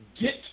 get